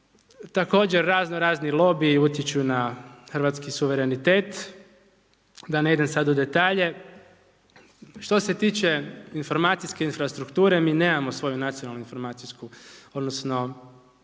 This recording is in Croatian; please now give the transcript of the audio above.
Također razno razni lobiji utječu na hrvatski suverenitet, da ne idem sad u detalje. Što se tiče informacijske infrastrukture, mi nemamo svoju nacionalnu informacijsku, odnosno